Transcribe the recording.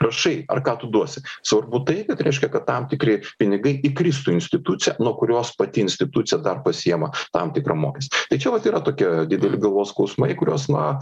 rašai ar ką tu duosi svarbu tai kad reiškia kad tam tikri pinigai įkristų į instituciją nuo kurios pati institucija dar pasiima tam tikrą mokestį tai čia vat yra tokie dideli galvos skausmai kuriuos na